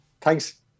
Thanks